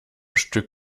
stück